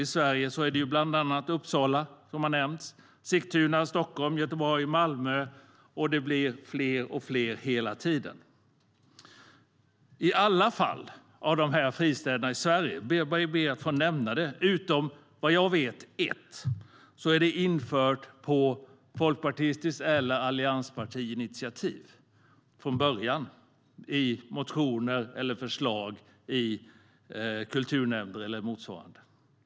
I Sverige är det bland annat Uppsala, som har nämnts, Sigtuna, Stockholm, Göteborg och Malmö, och det blir hela tiden fler. I alla fall utom ett har, vad jag vet, initiativet tagits av Folkpartiet eller andra allianspartier genom motioner eller förslag i kulturnämnder eller motsvarande.